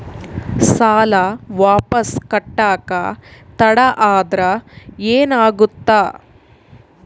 ಸಾಲ ವಾಪಸ್ ಕಟ್ಟಕ ತಡ ಆದ್ರ ಏನಾಗುತ್ತ?